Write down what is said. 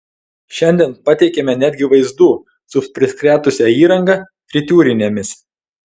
šiandien pateikėme netgi vaizdų su priskretusia įranga fritiūrinėmis